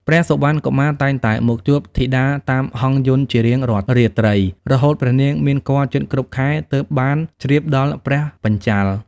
ព្រះសុវណ្ណកុមារតែងតែមកជួបធីតាតាមហង្សយន្តជារៀងរាល់រាត្រី រហូតព្រះនាងមានគភ៌ជិតគ្រប់ខែ ទើបបានជ្រាបដល់ព្រះបញ្ចាល៍។